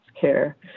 care